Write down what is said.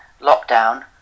lockdown